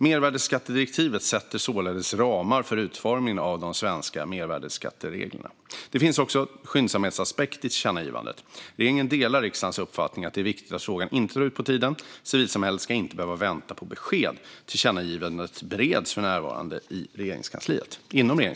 Mervärdesskattedirektivet sätter således ramar för utformningen av de svenska mervärdesskattereglerna. Det finns också en skyndsamhetsaspekt i tillkännagivandet. Regeringen delar riksdagens uppfattning att det är viktigt att frågan inte drar ut på tiden. Civilsamhället ska inte behöva vänta på besked. Tillkännagivandet bereds för närvarande inom Regeringskansliet.